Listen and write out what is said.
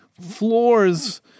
floors